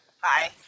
Hi